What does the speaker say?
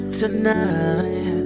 tonight